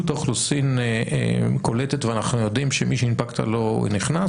האוכלוסין קולטת ואנחנו יודעים שמי שהנפקת לו נכנס?